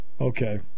Okay